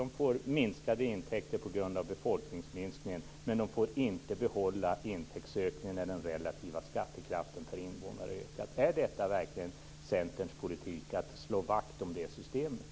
De får minskade intäkter på grund av befolkningsminskningen, men de får inte behålla intäktsökningen när den relativa skattekraften per invånare har ökat. Är det verkligen Centerns politik att slå vakt om det systemet?